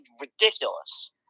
ridiculous